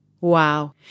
Wow